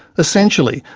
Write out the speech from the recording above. essentially,